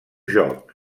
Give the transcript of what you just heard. joc